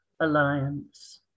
Alliance